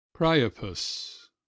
Priapus